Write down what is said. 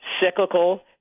cyclical